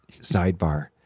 sidebar